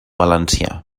valencià